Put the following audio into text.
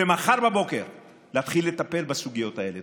ומחר בבוקר להתחיל לטפל בסוגיות האלה.